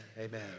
amen